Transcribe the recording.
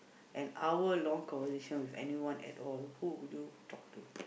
an hour long conversation with anyone at all who would you talk